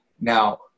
Now